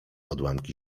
odłamki